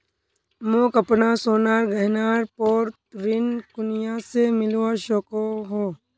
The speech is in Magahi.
मोक अपना सोनार गहनार पोर ऋण कुनियाँ से मिलवा सको हो?